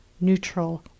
neutral